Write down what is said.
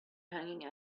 hanging